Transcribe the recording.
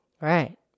Right